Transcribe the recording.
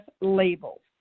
labels